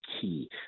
key